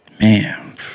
Man